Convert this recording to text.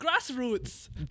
grassroots